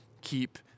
keep